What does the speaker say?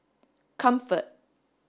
comfort